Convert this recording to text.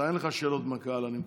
אתה, אין לך שאלות מהקהל, אני מקווה.